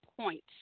points